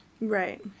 Right